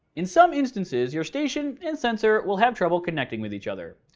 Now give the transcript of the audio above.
in some instances your station and sensor will have trouble connecting with each other.